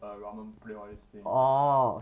err ramen play all these things